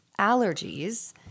allergies